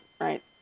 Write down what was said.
right